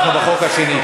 אנחנו בחוק השני.